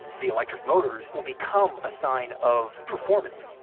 the electric motors will become a sign of performance